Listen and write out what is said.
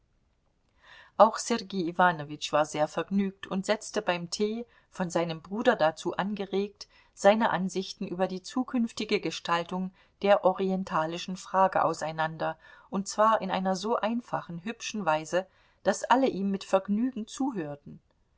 auch sergei iwanowitsch war sehr vergnügt und setzte beim tee von seinem bruder dazu angeregt seine ansichten über die zukünftige gestaltung der orientalischen frage auseinander und zwar in einer so einfachen hübschen weise daß alle ihm mit vergnügen zuhörten